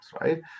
right